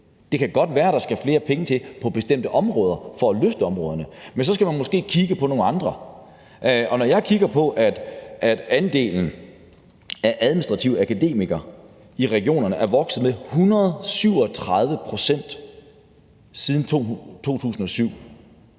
Det kan godt være, at der skal flere penge til på bestemte områder for at løfte områderne, men så skal man måske kigge på nogle andre. Og når jeg kigger på, at andelen af administrative akademikere i regionerne er vokset med 137 pct. siden 2007